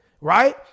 right